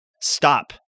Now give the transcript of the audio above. stop